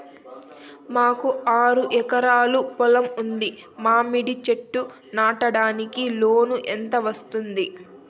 మాకు ఆరు ఎకరాలు పొలం ఉంది, మామిడి చెట్లు నాటడానికి లోను ఎంత వస్తుంది?